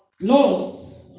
Laws